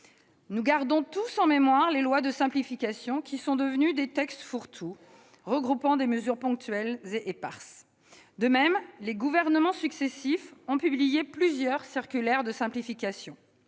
Nous gardons tous en mémoire les lois de simplification qui sont devenues des textes « fourre-tout » regroupant des mesures ponctuelles et éparses. De même, les Gouvernements successifs ont publié plusieurs circulaires de simplification.